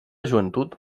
joventut